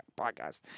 podcast